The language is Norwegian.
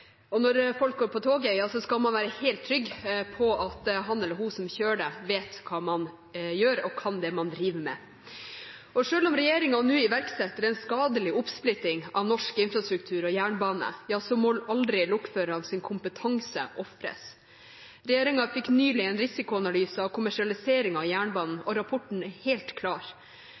og infrastruktur. Når folk går på toget, skal de være helt trygge på at han eller hun som kjører det, vet hva de gjør, og kan det de driver med. Selv om regjeringen nå iverksetter en skadelig oppsplitting av norsk infrastruktur og jernbane, må aldri lokførernes kompetanse ofres. Regjeringen fikk nylig en risikoanalyse av kommersialiseringen av jernbanen, og rapporten er helt klar.